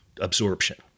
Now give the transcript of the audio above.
absorption